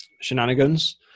shenanigans